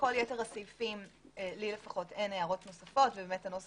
כל יתר הסעיפים לי אין הערות, הנוסח מוסכם.